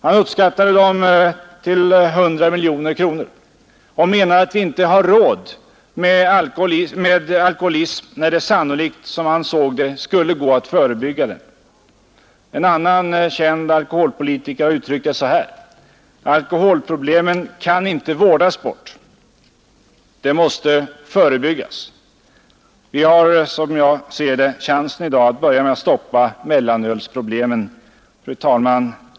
Han uppskattade dem till 100 miljoner kronor och menade att vi inte har råd med alkoholism när det sannolikt, som han såg det, skulle gå att förebygga den. En annan känd alkoholpolitiker har uttryckt det så här: Alkoholproblemet kan inte vårdas bort. Det måste förebyggas. Vi har en chans i dag att ta ett steg i den riktningen genom att stoppa mellanölsproblemen. Fru talman!